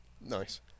Nice